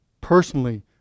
personally